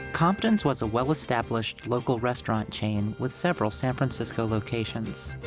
compton's was a well-established local restaurant chain with several san francisco locations.